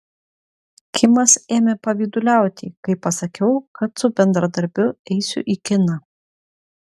kimas ėmė pavyduliauti kai pasakiau kad su bendradarbiu eisiu į kiną